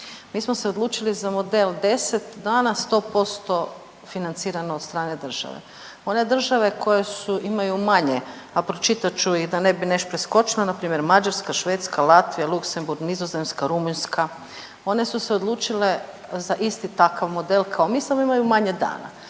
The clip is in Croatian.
Mi smo se odlučili za model 10 dana 100% financirano od strane države. One države koje su, imaju manje, a pročitat ću ih da ne bi neš preskočila, npr. Mađarska, Švedska, Latvija, Luksemburg, Nizozemska, Rumunjska. One su se odlučile za isti takav model kao mi samo imaju manje dana,